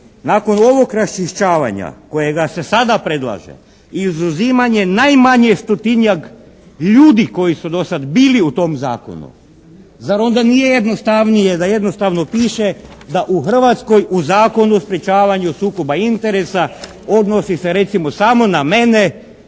nakon ovog raščišćavanja kojega se sada predlaže izuzimanje najmanje stotinjak ljudi koji su dosad bili u tom Zakonu. Zar onda nije jednostavnije da jednostavno piše da u Hrvatskoj u Zakonu o sprečavanju sukoba interesa odnosi se recimo samo na mene